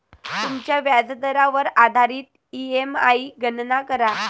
तुमच्या व्याजदरावर आधारित ई.एम.आई गणना करा